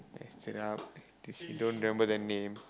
messed it up did she don't remember the name